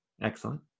excellent